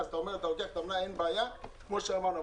אבל על מי אנחנו בעצם מדברים פה?